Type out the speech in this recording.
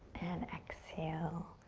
and exhale.